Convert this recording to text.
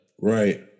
right